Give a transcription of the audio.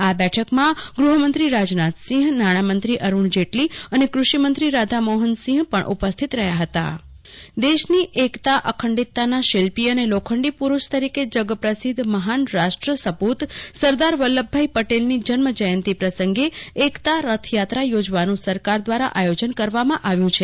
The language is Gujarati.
આ લેઠકમાં ગૃહમંત્રી રાજનાથસિંહ નાણામંત્રી અરૂલ્ન જેટલી અને ક્રષિમંત્રી રાધામોહનસિંહ ઉપસ્થિત રહ્યા હતા શાહ કલ્પના એકતા રથયાત્રા દેશ્રાની એક્તા અખંડિતતાના શિલ્યી અને લોખંડી પુરૂષ તરીકે જગ્રપ્રસિદ્ધ મહાન રાષ્ટ્ર સપૂત સરદાર વલ્લભભાઈ પટેલની જન્મ જયંતિ પ્રસંગે એક્તા રશ્વયાત્રા યોજવાનું સરકાર દ્વારા આયોજન કરવામાં આવ્યું છે